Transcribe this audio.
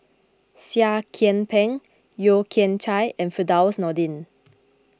Seah Kian Peng Yeo Kian Chai and Firdaus Nordin